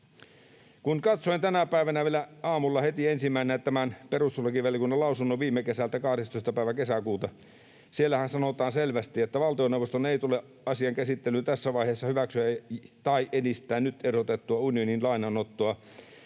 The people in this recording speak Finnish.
Katsoin tänä päivänä vielä aamulla heti ensimmäisenä tämän perustuslakivaliokunnan lausunnon viime kesältä, 12. päivältä kesäkuuta, ja siellähän sanotaan selvästi, että ”valtioneuvoston ei tule asian käsittelyn tässä vaiheessa hyväksyä tai edistää nyt ehdotettua unionin lainanottoa